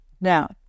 Now